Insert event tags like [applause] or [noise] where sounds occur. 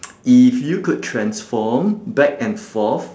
[noise] if you could transform back and forth